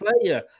player